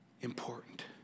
important